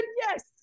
Yes